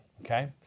okay